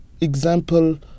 example